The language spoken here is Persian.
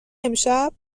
امشب